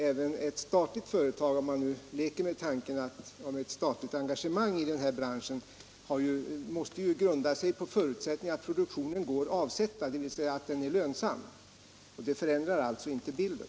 Även ett statligt företag — om man nu leker med tanken på ett statligt engagemang i denna bransch — måste grundas på förutsättningen att produktionen går att avsätta, dvs. att den är lönsam. Det förändrar alltså inte bilden.